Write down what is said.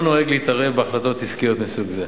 נוהג להתערב בהחלטות עסקיות מסוג זה.